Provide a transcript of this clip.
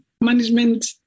Management